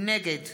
נגד